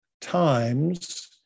times